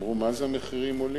אמרו: מה זה המחירים עולים,